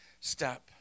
step